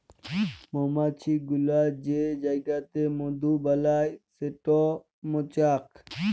মমাছি গুলা যে জাইগাতে মধু বেলায় সেট মচাক